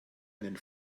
einen